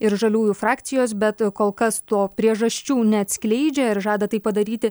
ir žaliųjų frakcijos bet kol kas to priežasčių neatskleidžia ir žada tai padaryti